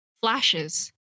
flashes